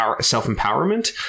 self-empowerment